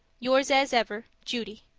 yours as ever, judy